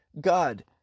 God